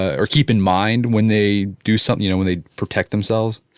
or keep in mind when they do something you know, when they protect themselves.